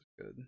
good